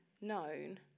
known